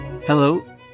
Hello